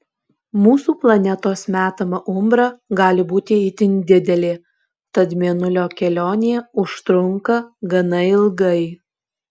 mūsų planetos metama umbra gali būti itin didelė tad mėnulio kelionė užtrunka gana ilgai